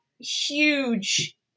huge